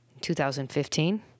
2015